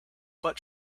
but